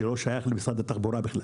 זה לא שייך למשרד התחבורה בכלל.